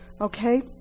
Okay